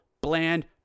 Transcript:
bland